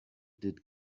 did